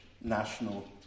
national